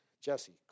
Jesse